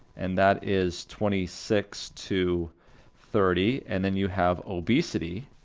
and that is twenty six to thirty, and then you have obesity,